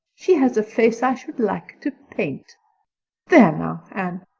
she has a face i should like to paint there now, anne.